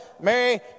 Mary